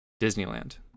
Disneyland